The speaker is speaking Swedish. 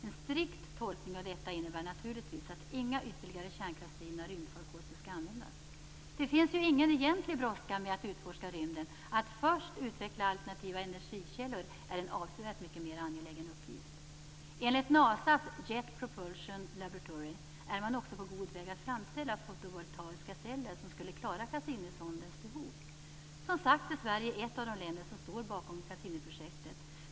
En strikt tolkning av detta innebär naturligtvis att inga ytterligare kärnkraftsdrivna rymdfarkoster skall användas. Det finns ingen egentlig brådska med att utforska rymden. Att först utveckla alternativa energikällor är en avsevärt mycket mer angelägen uppgift. Enligt NASA:s Jet Propulsion Laboratory är man också på god väg att framställa fotovoltaiska celler som skulle klara Cassinisondens behov. Som sagt är Sverige ett av de länder som står bakom Cassiniprojektet.